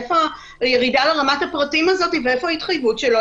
איפה הירידה לרמת הפרטים הזאת ואיפה ההתחייבות שלא